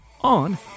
on